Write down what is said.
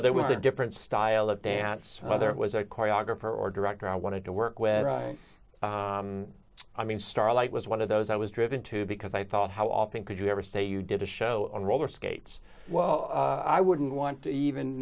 was a different style of dance whether it was a choreographer or director i wanted to work with i mean starlight was one of those i was driven to because i thought how often could you ever say you did a show on roller skates well i wouldn't want to even